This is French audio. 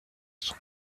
son